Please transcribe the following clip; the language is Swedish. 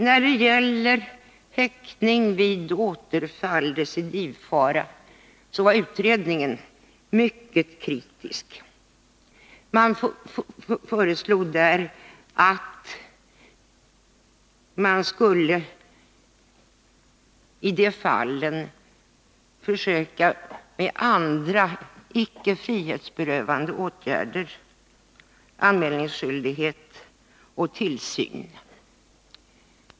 När det gäller häktning vid recidivfara var utredningen mycket kritisk. Den föreslog att man i dessa fall skulle försöka med andra icke frihetsberövande åtgärder, såsom anmälningsskyldighet och tillsyn.